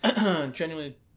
genuinely